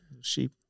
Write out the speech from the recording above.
sheep